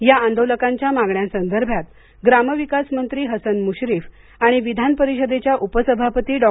या आंदोलकांच्या मागण्यांसंदर्भात ग्रामविकास मंत्री हसन मुश्रीफ आणि विधान परिषदेच्या उपसभापती डॉ